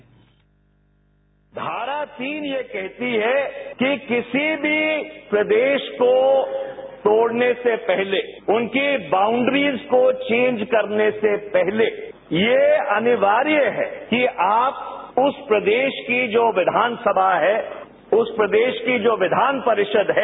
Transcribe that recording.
bite Manish Tiwari धारा तीन यह कहती है कि किसी भी प्रदेश को तोड़ने से पहले उनकी बाउंडरीज को चेंज करने से पहले यह अनिवार्य है कि आप उस प्रदेश की जो विधानसभा है उस प्रदेश की जो विधान परिषद है